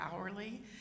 hourly